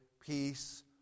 peace